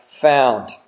found